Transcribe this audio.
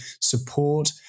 support